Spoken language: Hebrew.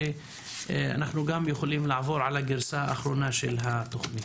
שנוכל לעבור על הגרסה האחרונה של התוכנית.